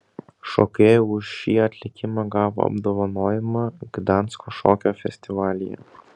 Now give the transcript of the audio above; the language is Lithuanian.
šokėja už šį atlikimą gavo apdovanojimą gdansko šokio festivalyje